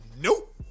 nope